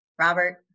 Robert